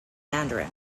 mandarin